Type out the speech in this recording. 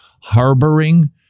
harboring